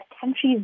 countries